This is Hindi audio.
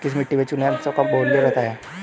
किस मिट्टी में चूने के अंशों का बाहुल्य रहता है?